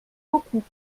beaucoup